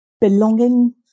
belonging